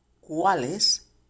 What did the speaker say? cuáles